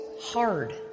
hard